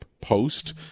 post